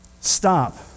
Stop